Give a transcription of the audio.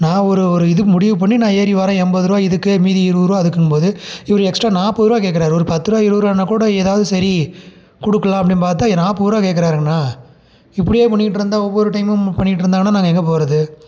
நான் ஒரு ஒரு இது முடிவு பண்ணி நான் ஏறி வரேன் எண்பதுரூவா இதுக்கு மீதி இருபது ரூபா அதுக்குன்னு போது இவர் எக்ஸ்ட்ரா நாற்பரூவா கேட்குறாரு ஒரு பத்து ரூபா இருபது ரூவானா கூட ஏதாவது சரி கொடுக்கலாம் அப்படின்னு பார்த்தா நாற்பதுரூவா கேட்குறாங்கண்ணா இப்படியே பண்ணிக்கிட்டு இருந்தால் ஒவ்வொரு டைமும் பண்ணிகிட்டு இருந்தாங்கன்னா நாங்கள் எங்கே போகிறது